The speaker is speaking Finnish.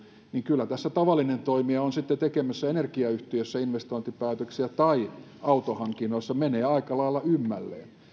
niin kyllä tässä tavallinen toimija on hän sitten tekemässä energiayhtiössä investointipäätöksiä tai autohankinnoissa menee aika lailla ymmälleen